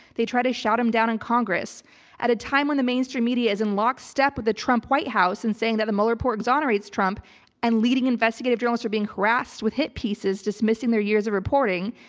they try to shout him down in congress at a time when the mainstream media is in lock step with the trump white house and saying that the mueller report exonerates trump and leading investigative journalists are being harassed with hit pieces dismissing their years of reporting.